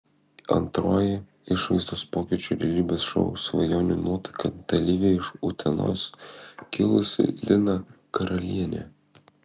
antroji išvaizdos pokyčių realybės šou svajonių nuotaka dalyvė iš utenos kilusi lina karalienė